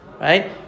Right